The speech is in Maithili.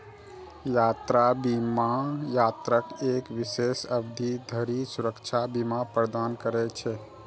यात्रा बीमा यात्राक एक विशेष अवधि धरि सुरक्षा बीमा प्रदान करै छै